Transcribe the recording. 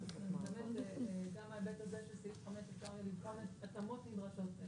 לכך גם מההיבט הזה של סעיף 5 שאפשר יהיה לקרוא להם התאמות נדרשות.